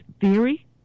theory